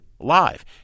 live